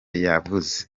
yavuze